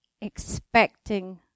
expecting